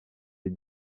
les